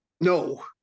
No